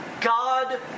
God